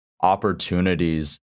opportunities